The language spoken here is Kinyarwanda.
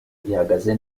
gihagaze